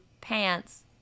pants